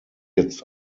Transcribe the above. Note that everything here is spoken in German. jetzt